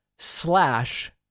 Slash